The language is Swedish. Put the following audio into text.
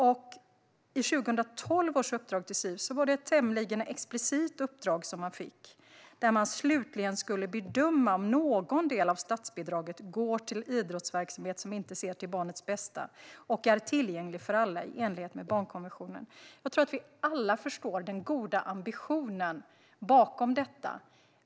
I 2012 års uppdrag till CIF var det ett tämligen explicit uppdrag att man slutligen skulle bedöma om någon del av statsbidraget går till idrottsverksamhet som inte ser till barnets bästa eller inte är tillgänglig för alla i enlighet med barnkonventionen. Jag tror att vi alla förstår den goda ambitionen bakom detta.